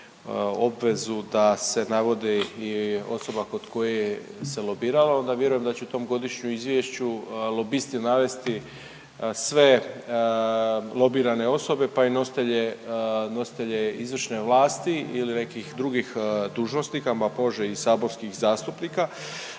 da se navodi i osoba kod koje se lobiralo, onda vjerujem da će tom godišnjem izvješću lobisti navesti sve lobirane osobe, pa i nositelje, nositelje izvršne vlasti ili nekih drugih dužnosnika, ma može i saborskih zastupnika,